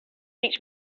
teach